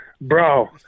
bro